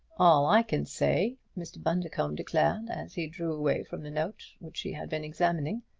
all i can say, mr. bundercombe declared, as he drew away from the note, which he had been examining,